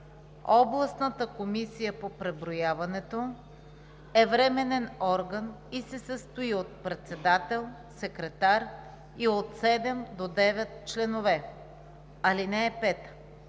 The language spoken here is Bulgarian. Областната комисия по преброяването е временен орган и се състои от председател, секретар и от 7 до 9 членове. (5) Председател